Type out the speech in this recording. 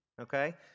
okay